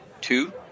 two